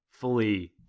fully